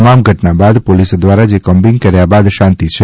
તમામ ઘટના બાદ પોલીસ દ્વારા જે કોમ્બીગ કર્યા બાદ શાંતિ છે